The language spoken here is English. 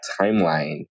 timeline